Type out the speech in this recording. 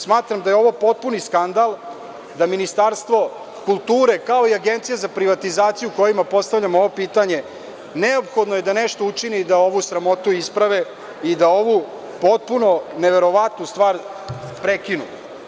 Smatram da je ovo potpuni skandal, da Ministarstvo kulture, kao i Agencija za privatizaciju kojima postavljam ovo pitanje, neophodno je da nešto učini i da ovu sramotu isprave i da ovu potpuno neverovatnu stvar prekinu.